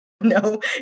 no